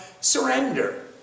surrender